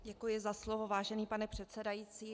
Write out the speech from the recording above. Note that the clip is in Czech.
Děkuji za slovo, vážený pane předsedající.